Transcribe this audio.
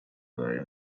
very